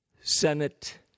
Senate